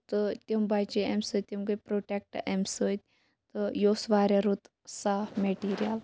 تہٕ تِم بَچے اَمہِ سۭتۍ تِم گے پروٹیکٹ اَمہِ سۭتۍ تہٕ یہِ اوس واریاہ رُت صاف میٹیٖریَل